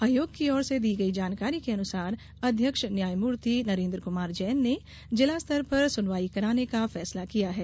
आयोग की ओर से दी गई जानकारी के अनुसार अध्यक्ष न्यायमूर्ति नरेन्द्र कुमार जैन ने जिला स्तर पर सुनवाई कराने का फैसला किया है